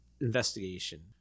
investigation